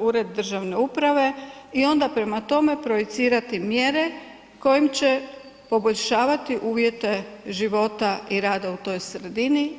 ured državne uprave i onda prema tome projicirati mjere kojim će poboljšavati uvjete života i rada u toj sredini.